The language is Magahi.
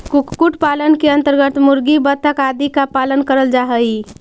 कुक्कुट पालन के अन्तर्गत मुर्गी, बतख आदि का पालन करल जा हई